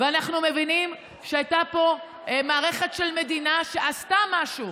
אנחנו מבינים שהייתה פה מערכת של מדינה שעשתה משהו.